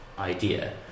idea